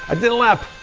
i did a lap.